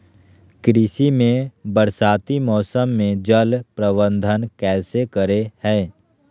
कृषि में बरसाती मौसम में जल प्रबंधन कैसे करे हैय?